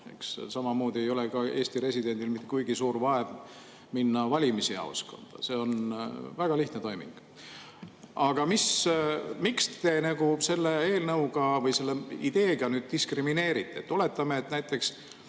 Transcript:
Samamoodi ei ole Eesti residendil kuigi suur vaev minna valimisjaoskonda, see on väga lihtne toiming. Aga miks te selle eelnõuga või selle ideega diskrimineerite?